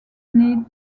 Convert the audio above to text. need